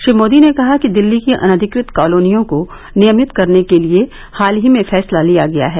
श्री मोदी ने कहा कि दिल्ली की अनधिकृत कॉलोनियों को नियमित करने के लिए हाल ही में फैसला किया गया है